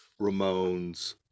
Ramones